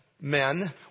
men